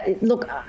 Look